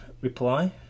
reply